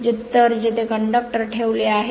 तर जेथे कंडक्टर ठेवले आहे